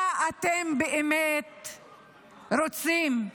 מה אתם באמת רוצים?